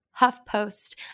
HuffPost